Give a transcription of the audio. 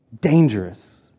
Dangerous